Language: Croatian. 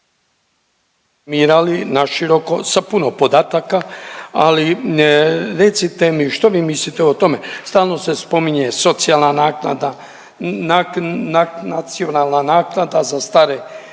na široko sa puno podataka, ali recite mi što vi mislite o tome stalno se spominje socijalna naknada, nacionalna naknada za stare